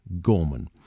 Gorman